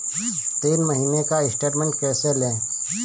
तीन महीने का स्टेटमेंट कैसे लें?